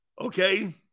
okay